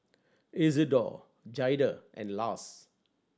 Isidor Jaida and Lars